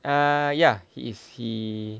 ah ya he is he